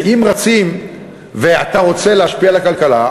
אם רצים ואתה רוצה להשפיע על הכלכלה,